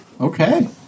Okay